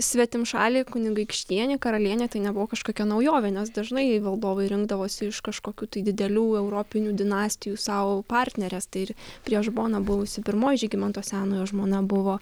svetimšalė kunigaikštienė karalienė tai nebuvo kažkokia naujovė nes dažnai valdovai rinkdavosi iš kažkokių tai didelių europinių dinastijų sau partneres tai prieš boną buvusi pirmoji žygimanto senojo žmona buvo